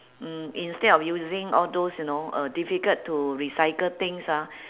mm instead of using all those you know uh difficult to recycle things ah